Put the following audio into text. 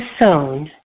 sown